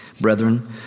brethren